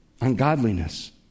ungodliness